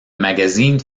magazine